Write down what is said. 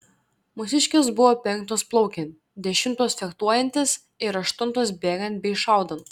mūsiškės buvo penktos plaukiant dešimtos fechtuojantis ir aštuntos bėgant bei šaudant